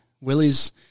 Willie's